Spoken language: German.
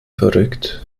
verrückt